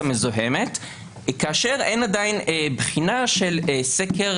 מזוהמת כאשר אין עדיין בחינה של סקר